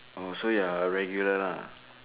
oh so you are a regular lah